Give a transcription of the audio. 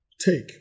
take